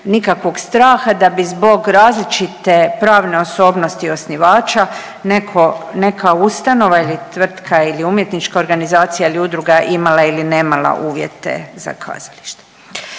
nikakvog straha da bi zbog različite pravne osobnosti osnivača netko, neka ustanova ili tvrtka ili umjetnička organizacija ili udruga imale ili nemala uvjete za kazalište.